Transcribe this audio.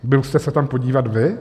Byl jste se tam podívat vy?